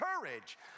courage